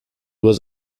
was